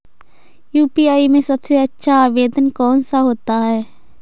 UPI में सबसे अच्छा आवेदन कौन सा होता है?